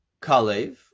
Kalev